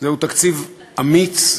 זהו תקציב אמיץ,